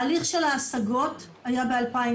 ההליך של ההשגות היה ב-2017,